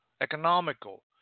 economical